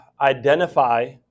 identify